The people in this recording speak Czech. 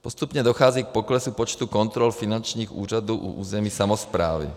Postupně dochází k poklesu počtu kontrol finančních úřadů u územní samosprávy.